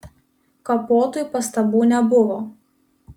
kapotui pastabų nebuvo